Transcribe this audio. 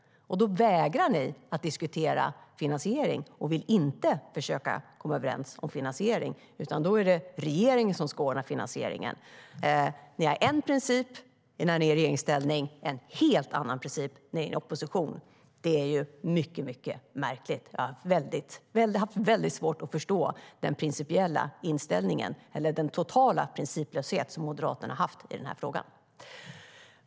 Då vägrar ni att diskutera finansiering och vill inte försöka komma överens om det, utan då är det regeringen som ska ordna finansieringen. Ni har en princip när ni är i regeringsställning men en helt annan princip när ni är i opposition. Det är mycket märkligt. Jag har haft väldigt svårt att förstå den principiella inställningen, eller snarare den totala principlöshet som Moderaterna haft i den här frågan.